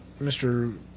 Mr